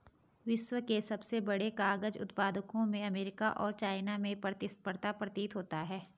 विश्व के सबसे बड़े कागज उत्पादकों में अमेरिका और चाइना में प्रतिस्पर्धा प्रतीत होता है